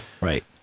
Right